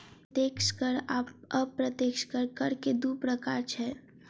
प्रत्यक्ष कर आ अप्रत्यक्ष कर, कर के दू प्रकार छै